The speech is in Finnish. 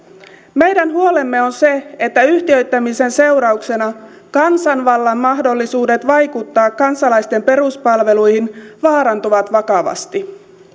meidän huolemme on se että yhtiöittämisen seurauksena kansanvallan mahdollisuudet vaikuttaa kansalaisten peruspalveluihin vaarantuvat vakavasti